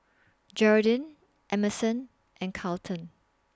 Geraldine Emerson and Carleton